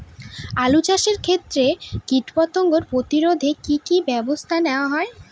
আলু চাষের ক্ষত্রে কীটপতঙ্গ প্রতিরোধে কি কী ব্যবস্থা নেওয়া হয়?